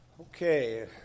Okay